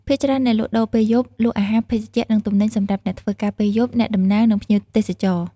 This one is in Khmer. ភាគច្រើន អ្នកលក់ដូរពេលយប់ លក់អាហារ ភេសជ្ជៈ និងទំនិញសម្រាប់អ្នកធ្វើការពេលយប់ អ្នកដំណើរ និងភ្ញៀវទេសចរ។